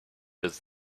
does